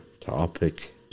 topic